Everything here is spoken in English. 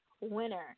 winner